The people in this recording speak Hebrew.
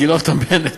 גילה אותן בנט.